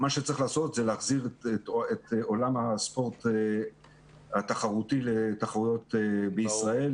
עכשיו צריך להחזיר את עולם הספורט התחרותי לתחרויות בישראל